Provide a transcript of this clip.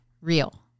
real